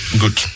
good